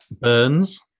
Burns